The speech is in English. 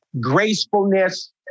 gracefulness